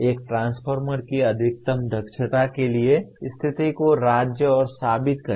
एक ट्रांसफार्मर की अधिकतम दक्षता के लिए स्थिति को राज्य और साबित करें